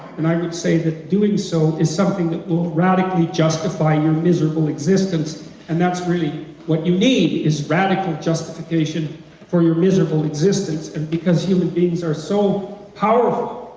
and i would say that doing so is something that will radically justify your miserable existence and that's really what you need, is radical justification for your miserable existence, and because human beings are so powerful,